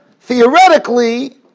theoretically